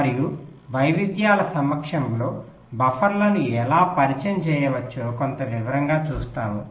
మరియు వైవిధ్యాల సమక్షంలో బఫర్లను ఎలా పరిచయం చేయవచ్చో కొంత వివరంగా చూస్తాము